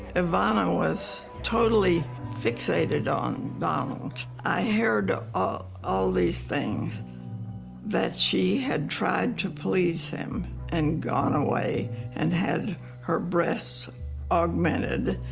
ivana was totally fixated on donald. i heard ah ah all these things that she had tried to please him and gone away and had her breasts augmented,